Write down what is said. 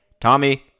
Tommy